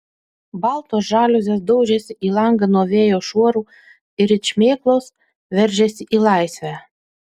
baltos žaliuzės daužėsi į langą nuo vėjo šuorų ir it šmėklos veržėsi į laisvę